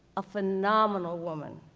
a phenomenal woman,